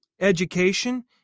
education